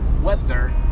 Weather